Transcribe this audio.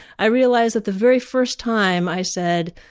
i realized that, the very first time i said,